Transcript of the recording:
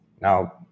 Now